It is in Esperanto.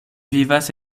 vivas